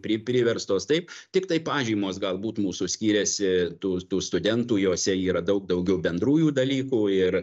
pri priverstos taip tiktai pažymos galbūt mūsų skyrėsi tų tų studentų jose yra daug daugiau bendrųjų dalykų ir